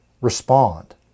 Respond